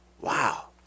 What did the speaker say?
Wow